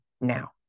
now